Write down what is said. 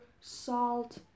salt